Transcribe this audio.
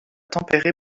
tempéré